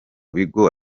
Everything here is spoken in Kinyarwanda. bigo